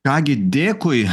ką gi dėkui